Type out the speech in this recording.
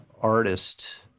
artist